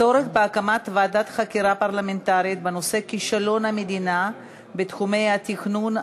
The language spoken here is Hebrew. הצורך בהקמת ועדת חקירה פרלמנטרית בנושא כישלון המדינה בתחומי התכנון,